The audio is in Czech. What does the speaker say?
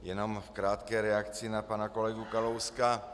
Jen v krátké reakci na pana kolegu Kalouska.